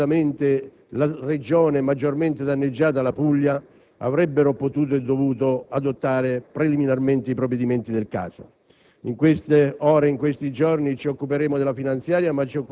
anche le Regioni, e più segnatamente la Regione maggiormente danneggiata, la Puglia, avrebbero potuto e dovuto adottare preliminarmente i provvedimenti del caso.